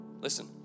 Listen